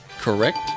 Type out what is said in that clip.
Correct